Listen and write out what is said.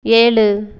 ஏழு